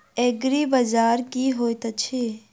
एग्रीबाजार की होइत अछि?